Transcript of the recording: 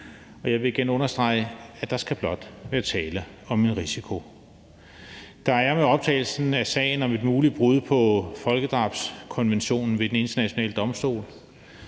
Og jeg vil igen understrege, at der blot skal være tale om en risiko. Der er med optagelsen af sagen om et muligt brud på folkedrabskonventionen ved Den Internationale Domstol,